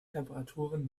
temperaturen